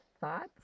Thoughts